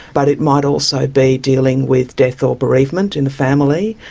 but it might also be dealing with death or bereavement in the family.